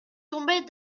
tomber